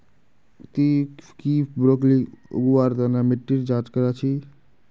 ती की ब्रोकली उगव्वार तन मिट्टीर जांच करया छि?